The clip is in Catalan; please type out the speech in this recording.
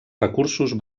recursos